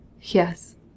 Yes